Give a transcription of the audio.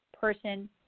person